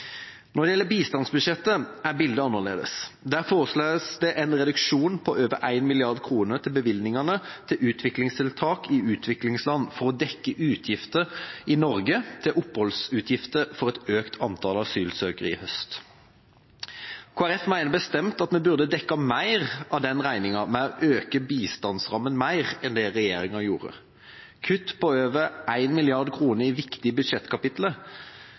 Når det gjelder bistandsbudsjettet, er bildet annerledes. Der foreslås det en reduksjon på over én mrd. kr i bevilgningene til utviklingstiltak i utviklingsland for å dekke oppholdsutgifter i Norge for et økt antall asylsøkere i høst. Kristelig Folkeparti mener bestemt at vi burde dekket mer av den regningen ved å øke bistandsrammen mer enn det regjeringen gjorde. Kutt på over en milliard kroner i viktige budsjettkapitler,